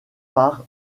par